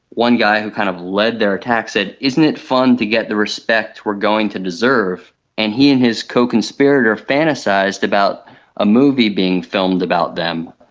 one guy who kind of lead their attacks, said, isn't it fun to get the respect we are going to deserve and he and his co-conspirator fantasised about a movie being filmed about them,